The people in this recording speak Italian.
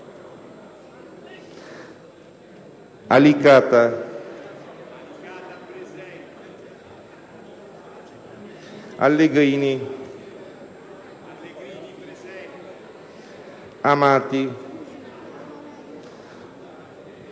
Alicata, Allegrini, Amati, Amato,